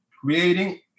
creating